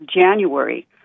January